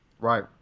Right